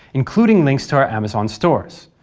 including links to our amazon stores.